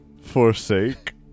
forsake